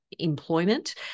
employment